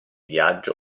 viaggio